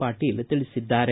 ಪಾಟೀಲ್ ತಿಳಿಸಿದ್ದಾರೆ